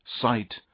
sight